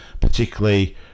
particularly